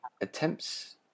attempts